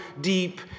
deep